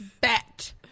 Bet